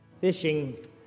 fishing